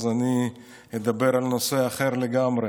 אז אני מדבר על נושא אחר לגמרי.